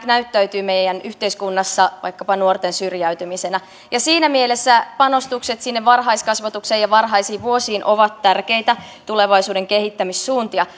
näyttäytyy meidän yhteiskunnassa vaikkapa nuorten syrjäytymisenä siinä mielessä panostukset sinne varhaiskasvatukseen ja varhaisiin vuosiin ovat tärkeitä tulevaisuuden kehittämissuuntia